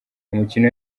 umukino